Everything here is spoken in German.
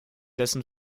dessen